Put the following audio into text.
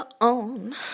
on